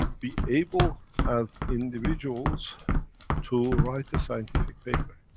be able as individuals to write a scientific paper.